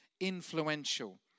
influential